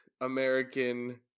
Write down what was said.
American